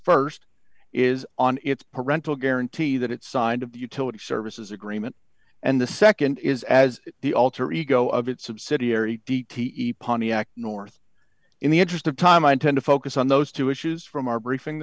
the st is on its parental guarantee that it's signed of the utility services agreement and the nd is as the alter ego of its subsidiary d t e pontiac north in the interest of time i intend to focus on those two issues from our briefing